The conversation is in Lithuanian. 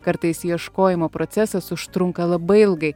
kartais ieškojimo procesas užtrunka labai ilgai